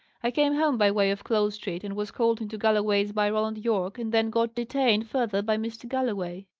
i came home by way of close street, and was called into galloway's by roland yorke, and then got detained further by mr. galloway.